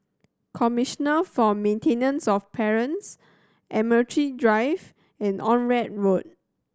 Commissioner for Maintenance of Parents Admiralty Drive and Onraet Road